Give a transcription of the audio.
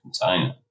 container